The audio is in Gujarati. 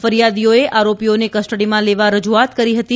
ફરીયાદીએ આરોપીઓને કસ્ટડીમાં લેવા રજુઆત કરી હતી